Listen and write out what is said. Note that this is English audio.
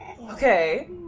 Okay